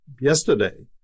yesterday